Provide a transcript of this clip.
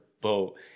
boat